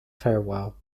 farewell